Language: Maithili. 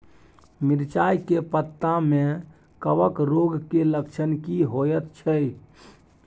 मिर्चाय के पत्ता में कवक रोग के लक्षण की होयत छै?